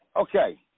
Okay